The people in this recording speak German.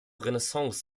renaissance